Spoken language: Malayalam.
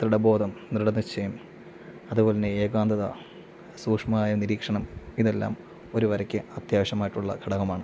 ദൃഢബോധം ദൃഢനിശ്ചയം അതുപോലെ തന്നെ ഏകാന്തത സൂക്ഷ്മമായ നിരീക്ഷണം ഇതെല്ലാം ഒരു വരയ്ക്ക് അത്യാവശ്യമായിട്ടുള്ള ഘടകമാണ്